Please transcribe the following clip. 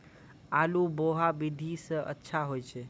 आलु बोहा विधि सै अच्छा होय छै?